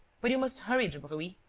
but you must hurry, dubreuil.